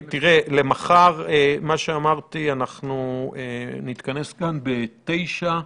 תראה, למחר, מה שאמרתי, אנחנו נתכנס כאן ב-9:00.